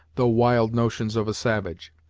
though wild notions of a savage.